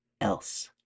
else